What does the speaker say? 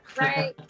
Right